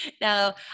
Now